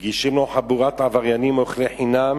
מגישים לו חבורת עבריינים אוכלי חינם,